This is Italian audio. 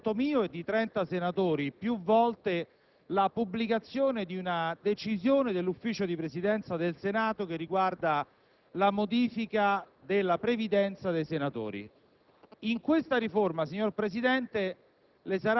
Io le ho chiesto più volte, per conto mio e di 30 senatori, la pubblicazione di una decisione del Consiglio di Presidenza del Senato che riguarda la modifica della previdenza dei senatori.